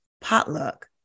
potluck